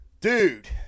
dude